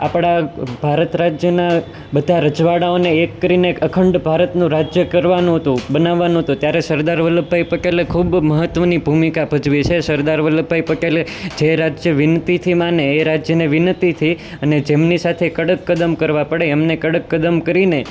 આપણા ભારત રાજ્યના બધા રજવાડાઓને એક કરીને એક અખંડ ભારતનું રાજ્ય કરવાનું હતું બનાવવાનું હતું ત્યારે સરદાર વલ્લભભાઈ પટેલે ખૂબ મહત્ત્વની ભૂમિકા ભજવી છે સરદાર વલ્લભભાઈ પટેલે જે રાજ્ય વિનંતીથી માને એ રાજ્યને વિનંતીથી અને જેમની સાથે કડક કદમ કરવા પડે એમને કડક કદમ કરીને